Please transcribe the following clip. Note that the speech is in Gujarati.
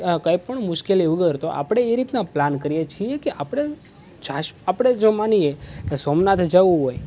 કંઈપણ મુશ્કેલી વગર તો આપણે એ રીતના પ્લાન કરીએ છે કે આપણે જાશ આપણે જો માનીએ કે સોમનાથ જવું હોય